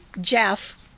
jeff